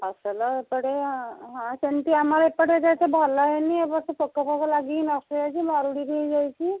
ଫସଲ ଏପଟେ ହଁ ସେମିତି ଆମର ଏପଟରେ ବି ଏତେ ଭଲ ହେଇନି ଏ ବର୍ଷ ପୋକଫୋକ ଲାଗିକି ନଷ୍ଟ ହେଇଯାଇଛି ମରୁଡ଼ି ବି ହେଇଯାଇଛି